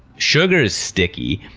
sugar is sticky,